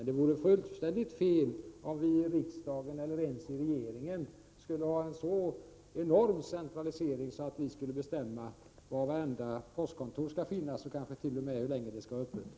Det vore fullständigt fel om vi i riksdagen eller regeringen skulle tillämpa en sådan centralisering att vi skulle bestämma var vartenda postkontor skall finnas och kanske t.o.m. hur länge de skall hålla öppet.